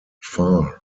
farr